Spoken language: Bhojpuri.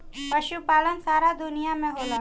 पशुपालन सारा दुनिया में होला